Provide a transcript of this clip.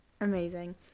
amazing